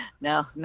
No